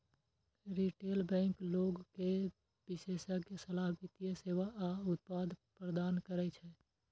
retail bank लोग कें विशेषज्ञ सलाह, वित्तीय सेवा आ उत्पाद प्रदान करै छै